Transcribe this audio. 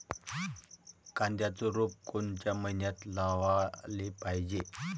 कांद्याचं रोप कोनच्या मइन्यात लावाले पायजे?